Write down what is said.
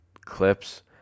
Clips